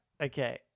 Okay